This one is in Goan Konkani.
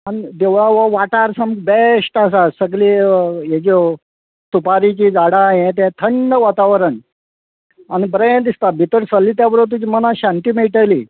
आनी देवळा वो वाठार सामको बॅश्ट आसा सगले हेज्यो सुपारेचीं झाडां हें तें थंड वातावरण आनी बरें दिसता भितर सरले त्या बरोबर तुजे मनाक शांती मेळटली